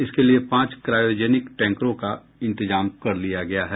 इसके लिए पांच क्रायोजेनिक टैंकरों का इंतजाम कर लिया गया है